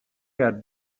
had